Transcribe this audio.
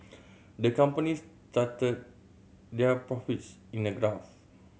the companies charted their profits in a graph